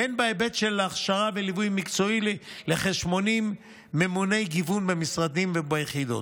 והן בהיבט של הכשרה וליווי מקצועי לכ-80 ממוני גיוון במשרדים וביחידות,